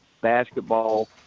basketball